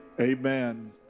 Amen